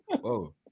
Whoa